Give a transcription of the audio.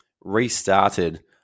restarted